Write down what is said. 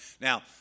now